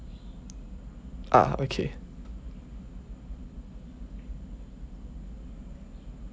ah okay